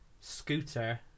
Scooter